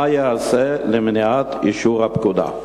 מה ייעשה למניעת אישור הפקודה?